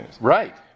right